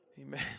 Amen